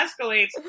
escalates